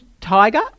tiger